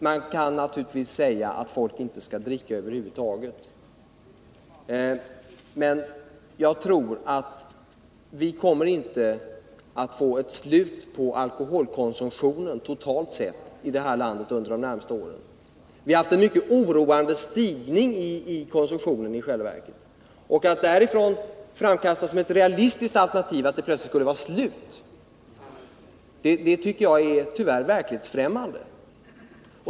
Man kan naturligtvis säga att folk inte skall dricka över huvud taget, men jag tror att vi inte kommer att få ett slut på alkoholkonsumtionen totalt sett i det här landet under de närmaste åren. Vi har i själva verket haft en mycket oroande stegring av konsumtionen. Att mot den bakgrunden framkasta som ett realistiskt alternativ att den helt plötsligt skulle upphöra tycker jag tyvärr är verklighetsfrämmande.